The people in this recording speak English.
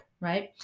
right